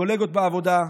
קולגות בעבודה,